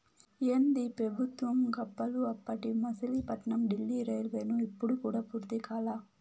ఏందీ పెబుత్వం గప్పాలు, అప్పటి మసిలీపట్నం డీల్లీ రైల్వేలైను ఇప్పుడు కూడా పూర్తి కాలా